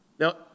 Now